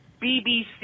BBC